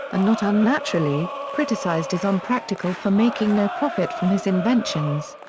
not unnaturally, criticised as unpractical for making no profit from his inventions.